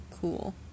cool